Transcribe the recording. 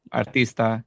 artista